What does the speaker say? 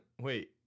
Wait